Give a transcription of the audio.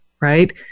right